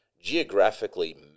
geographically